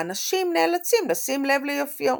האנשים נאלצים לשים לב ליופיו.